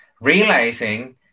realizing